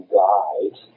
guide